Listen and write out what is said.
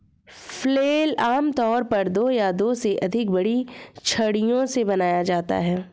flail आमतौर पर दो या दो से अधिक बड़ी छड़ियों से बनाया जाता है